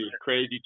crazy